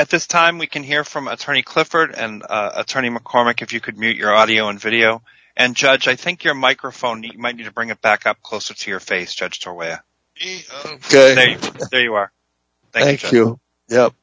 at this time we can hear from attorney clifford and attorney mccormack if you could meet your audio and video and judge i think your microphone might be to bring it back up closer to your face stretched to where you are